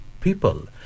people